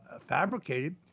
fabricated